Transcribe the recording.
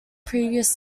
previous